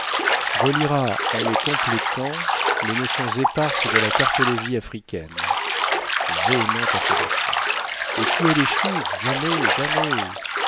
reliera en les complétant les notions éparses de la cartologie africaine véhémente approbation et si elle échoue